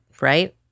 Right